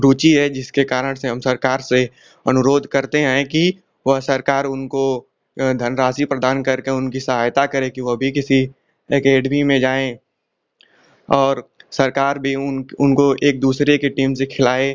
रुचि है जिसके कारण से हम सरकार से अनुरोध करते हैं कि वह सरकार उनको धनराशि प्रदान करके उनकी सहायता करें कि वह भी किसी एकैडमी में जाएँ और सरकार भी उन उनको एक दूसरे के टीम से खिलाए